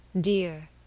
Dear